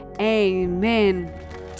Amen